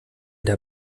der